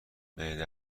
معده